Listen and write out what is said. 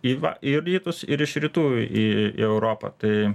į va į rytus ir iš rytų į į europą tai